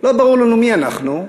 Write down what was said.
לא ברור לנו מי אנחנו,